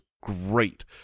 great